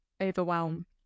overwhelm